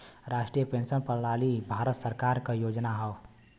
राष्ट्रीय पेंशन प्रणाली भारत सरकार क योजना हौ